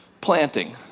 planting